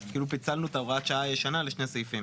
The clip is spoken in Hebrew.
פיצלנו את הוראת השעה הישנה לשני סעיפים